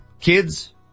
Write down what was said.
kids